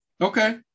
Okay